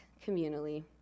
communally